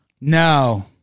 No